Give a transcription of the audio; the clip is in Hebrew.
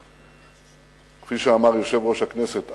כפי שאמר יושב-ראש הכנסת,